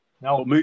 No